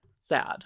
sad